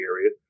area